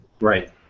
Right